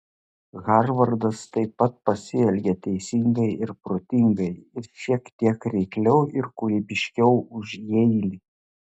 harvardas taip pat pasielgė teisingai ir protingai ir šiek tiek reikliau ir kūrybiškiau už jeilį